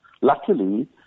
Luckily